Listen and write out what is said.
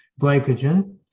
glycogen